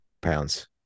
pounds